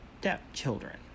stepchildren